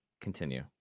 Continue